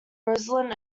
roslyn